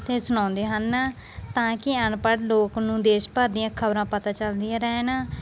ਅਤੇ ਸੁਣਾਉਂਦੇ ਹਨ ਤਾਂ ਕਿ ਅਨਪੜ੍ਹ ਲੋਕ ਨੂੰ ਦੇਸ਼ ਭਰ ਦੀਆਂ ਖਬਰਾਂ ਪਤਾ ਚੱਲਦੀਆਂ ਰਹਿਣ